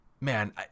man